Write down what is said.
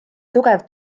tugev